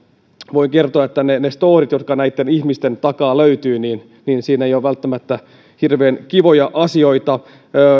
voin kertoa että niissä stooreissa jotka näitten ihmisten takaa löytyivät ei ole välttämättä hirveän kivoja asioita